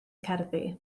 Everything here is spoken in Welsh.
cerddi